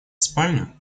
спальню